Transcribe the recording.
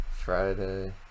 Friday